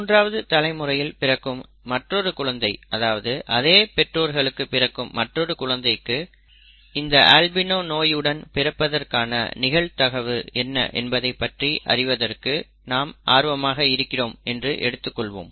மூன்றாவது தலைமுறையில் பிறக்கும் மற்றொரு குழந்தை அதாவது அதே பெற்றோருக்கு பிறக்கும் மற்றொரு குழந்தைக்கு இந்த அல்பிணோ நோய் உடன் பிறப்பதற்கான நிகழ்தகவு என்ன என்பதை பற்றி அறிவதற்கு நாம் ஆர்வமாக இருக்கிறோம் என்று எடுத்துக்கொள்வோம்